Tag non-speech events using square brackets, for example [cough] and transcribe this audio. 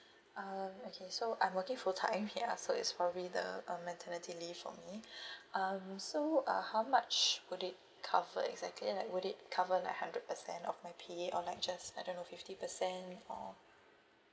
um okay so I'm working full time here so is probably the um maternity leave for me [breath] um so uh how much would it cover exactly like would it cover like hundred percent of my pay or like just I don't know fifty percent or